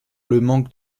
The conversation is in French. manque